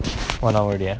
one hour already